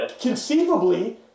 conceivably